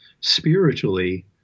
spiritually